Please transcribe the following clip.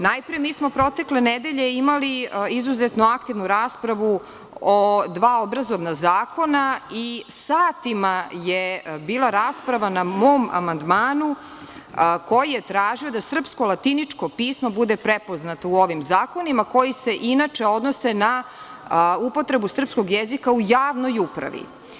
Najpre, mi smo protekle nedelje imali izuzetno aktivnu raspravu od dva obrazovna zakona i satima je bila rasprava na mom amandmanu, koji je tražio da srpsko latiničko pismo bude prepoznato u ovim zakonima, koji se inače odnose na upotrebu srpskog jezika u javnoj upravi.